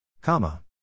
Comma